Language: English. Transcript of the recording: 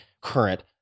current